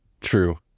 true